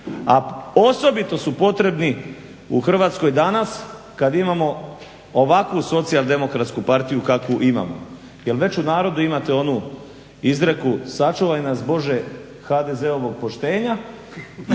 a osobito su potrebni u Hrvatskoj danas kad imamo ovakav SDP kakav imamo, jer već u narodu imate onu izreku "sačuvaj nas Bože HDZ-ovog poštenja